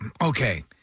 okay